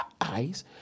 eyes